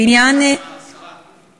זה גם תלוי בך, השרה.